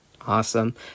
Awesome